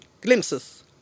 glimpses